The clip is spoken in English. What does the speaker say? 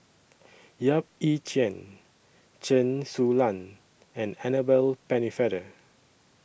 Yap Ee Chian Chen Su Lan and Annabel Pennefather